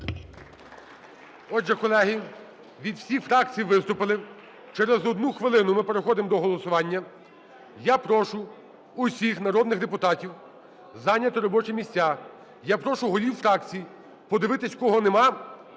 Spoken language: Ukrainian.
Отже, колеги, від всіх фракцій виступили. Через одну хвилину ми переходимо до голосування. Я прошу усіх народних депутатів зайняти робочі місця. Я прошу голів фракцій подивитися, кого нема,